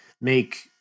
make